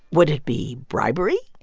would it be bribery?